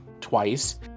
twice